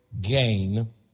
gain